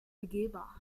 begehbar